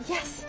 Yes